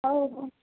ହେଉ